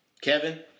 Kevin